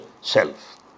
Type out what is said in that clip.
self